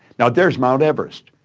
now there's mt. everest.